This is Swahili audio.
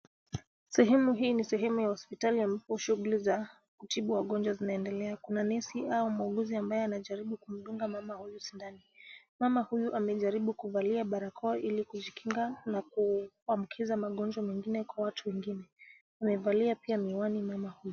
Sehemu hii ni sehemu ya hospitali ambapo shughuli za kutibu wagonjwa zinaendelea. Kuna nesi au muuguzi ambaye anajaribu kumdunga mama huyu sindano. Mama huyu amejaribu kuvalia barakoa ili kujikinga na kuambukiza magonjwa mengine kwa watu wengine. Amevalia pia miwani mama huyu.